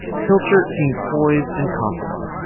pilcher seemed poised and confident.